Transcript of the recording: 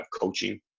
coaching